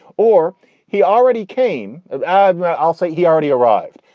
or he already came and i'll say he already arrived.